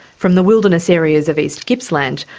from the wilderness areas of east gippsland,